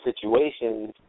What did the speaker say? situations